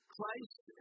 Christ